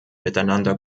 miteinander